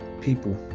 people